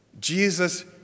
Jesus